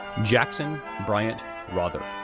jackson bryant rother,